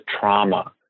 trauma